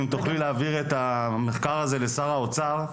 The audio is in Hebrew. אם תוכלי להעביר את המחקר הזה לשר האוצר,